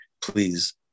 please